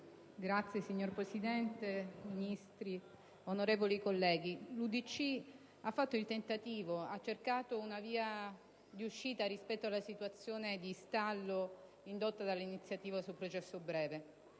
Signor Presidente, Ministri, onorevoli colleghi, il Gruppo dell'UDC-SVP-IS-Aut ha cercato una via di uscita rispetto alla situazione di stallo indotta dall'iniziativa sul processo breve.